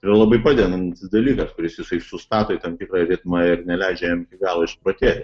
yra labai padedantis dalykas kuris jisai sustato į tam tikrą ritmą ir neleidžia jam gal išprotėti